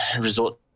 resort